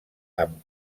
amb